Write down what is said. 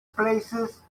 places